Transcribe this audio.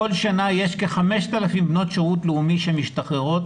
כל שנה יש כ-5,000 בנות שירות לאומי שמשתחררות